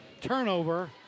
Turnover